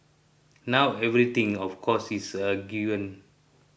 not everything of course is a given